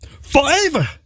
forever